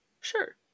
Sure